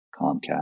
Comcast